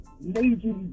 major